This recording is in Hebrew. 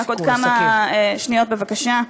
עוד כמה שניות, בבקשה.